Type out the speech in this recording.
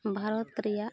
ᱵᱷᱟᱨᱚᱛ ᱨᱮᱭᱟᱜ